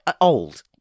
old